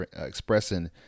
expressing